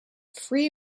free